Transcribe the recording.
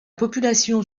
population